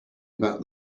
about